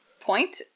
point